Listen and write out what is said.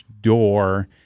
door